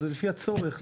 זה לפי הצורך.